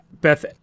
Beth